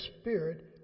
spirit